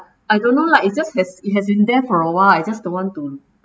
I don't know lah it's just as has it has been there for a while I just don't want to